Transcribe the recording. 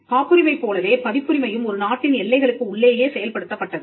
காப்புரிமை போலவே பதிப்புரிமையும் ஒரு நாட்டின் எல்லைகளுக்கு உள்ளேயே செயல்படுத்தப்பட்டது